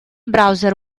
browser